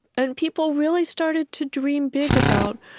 and people really started to dream big about,